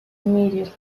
immediately